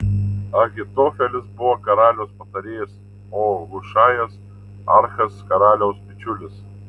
ahitofelis buvo karaliaus patarėjas o hušajas archas karaliaus bičiulis